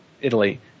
Italy